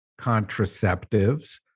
contraceptives